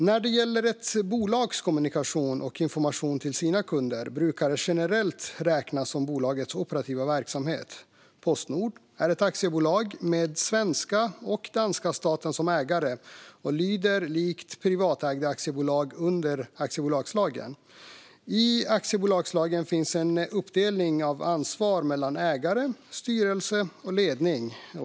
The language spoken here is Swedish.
När det gäller ett bolags kommunikation och information till sina kunder brukar det generellt räknas som bolagets operativa verksamhet. Postnord är ett aktiebolag med svenska och danska staten som ägare och lyder likt privatägda aktiebolag under aktiebolagslagen. I aktiebolagslagen finns en uppdelning av ansvar mellan ägare, styrelse och ledning.